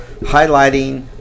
highlighting